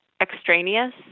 extraneous